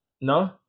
No